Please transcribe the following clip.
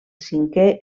cinquè